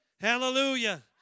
Hallelujah